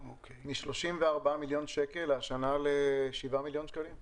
מ-34 מיליון שקלים לשבעה מיליון שקלים השנה.